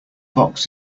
box